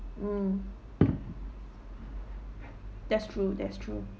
mm that's true that's true